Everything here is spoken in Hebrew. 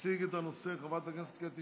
תציג את הנושא חברת הכנסת קטי שטרית.